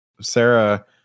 Sarah